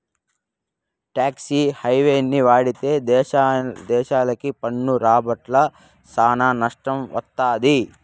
talks హెవెన్ని వాడితే దేశాలకి పన్ను రాబడ్ల సానా నట్టం వత్తది